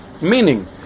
Meaning